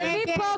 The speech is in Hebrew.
מי פה?